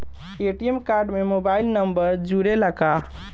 ATM card में mobile number जुरेला का?